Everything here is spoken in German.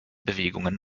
bewegungen